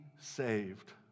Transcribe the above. saved